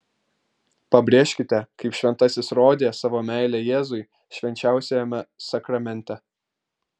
pabrėžkite kaip šventasis rodė savo meilę jėzui švenčiausiajame sakramente